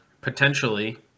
potentially